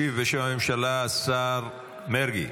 ישיב בשם הממשלה השר מרגי.